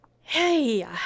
hey